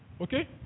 Okay